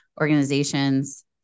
organizations